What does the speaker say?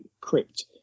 Crypt